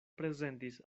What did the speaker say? prezentis